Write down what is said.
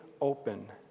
open